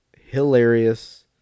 Hilarious